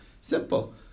simple